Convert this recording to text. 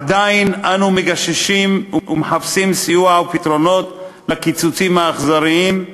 עדיין אנו מגששים ומחפשים סיוע ופתרונות לקיצוצים האכזריים,